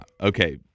Okay